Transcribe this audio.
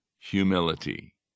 humility